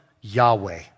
Yahweh